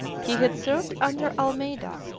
he had served under almeida,